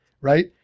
Right